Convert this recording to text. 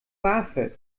bafög